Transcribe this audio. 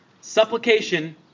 supplication